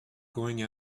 going